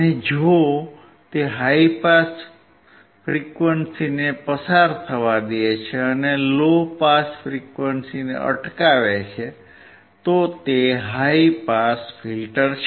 જો તે high pass ફ્રીક્વંસીને પસાર થવા દે છે અને તે લો પાસ ફ્રીક્વન્સીને અટકાવે છે તો તે હાઇ પાસ ફિલ્ટર છે